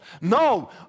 No